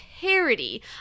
parody